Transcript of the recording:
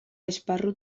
esparru